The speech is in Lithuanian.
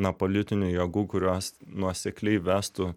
na politinių jėgų kurios nuosekliai vestų